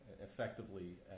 effectively